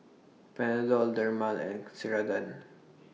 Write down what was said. Panadol Dermale and Ceradan